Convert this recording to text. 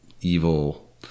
evil